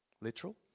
Literal